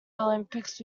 olympics